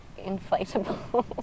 inflatable